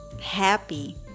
Happy